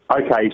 Okay